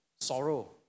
sorrow